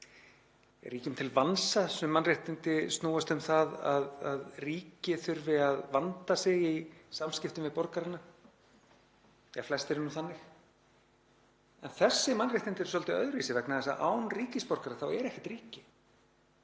eru ríkjum til vansa. Sum mannréttindi snúast um það að ríkið þurfi að vanda sig í samskiptum við borgarana, flest eru nú þannig. En þessi mannréttindi eru svolítið öðruvísi vegna þess að án ríkisborgara er ekkert ríki.